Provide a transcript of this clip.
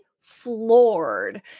floored